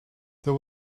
there